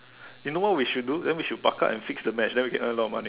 you know what we should do then we should buck up and fix the match then we can earn a lot of money